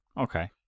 Okay